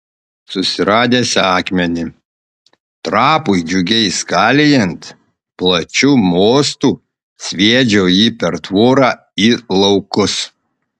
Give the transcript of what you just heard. susiradęs akmenį trapui džiugiai skalijant plačiu mostu sviedžiau jį per tvorą į laukus